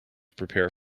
prepare